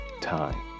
time